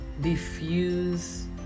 diffuse